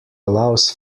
allows